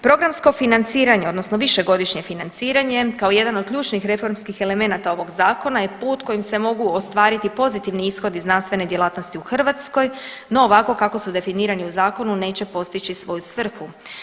Programsko financiranje odnosno višegodišnje financiranje kao jedan od ključnih reformskih elemenata ovog zakona je put kojim se mogu ostvariti pozitivni ishodi znanstvene djelatnosti u Hrvatskoj, no ovako kako su definirani u zakonu neće postići svoju svrhu.